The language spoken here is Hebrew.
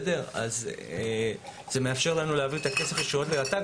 זה מאפשר לנו להעביר את הכסף ישירות לרט"ג,